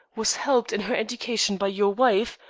was helped in her education by your wife,